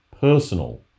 personal